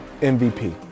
MVP